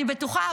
אבל אני בטוחה,